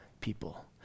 people